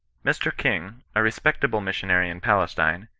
mr king, a respectable missionary in palestine,